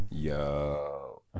Yo